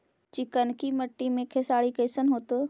चिकनकी मट्टी मे खेसारी कैसन होतै?